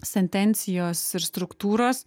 sentencijos ir struktūros